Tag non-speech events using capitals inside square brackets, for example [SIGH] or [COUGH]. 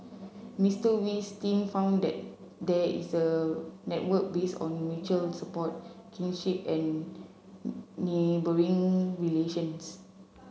Mister Wee's team found that there is a network base on mutual support kinship and [HESITATION] neighbouring relations